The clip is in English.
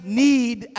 need